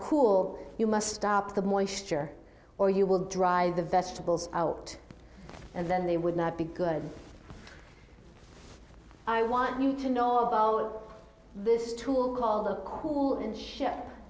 cool you must stop the moisture or you will dry the vegetables out and then they would not be good i want you to know about this tool called the cool and